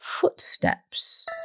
footsteps